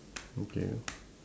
okay